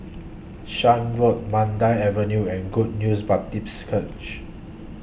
Shan Road Mandai Avenue and Good News Baptist Church